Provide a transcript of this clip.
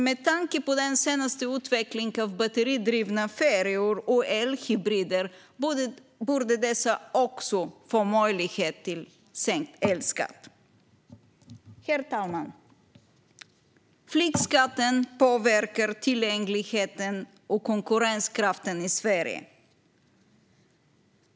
Med tanke på den senaste utvecklingen av batteridrivna färjor och elhybrider anser vi moderater att de också borde få möjlighet till sänkt elskatt. Herr talman! Flygskatten påverkar tillgängligheten och konkurrenskraften i Sverige.